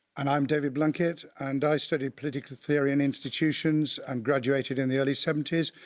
and i'm david blunkett and i studied political theory and institutions and graduated in the early seventy s.